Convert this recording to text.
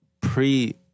pre